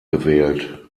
gewählt